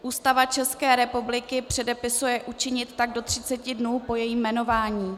Ústava České republiky předepisuje učinit tak do 30 dnů po jejím jmenování.